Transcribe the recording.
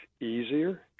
easier